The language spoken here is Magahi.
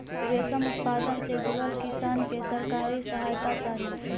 रेशम उत्पादन से जुड़ल किसान के सरकारी सहायता चाहि